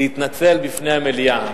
להתנצל בפני המליאה.